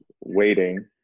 waiting